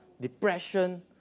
depression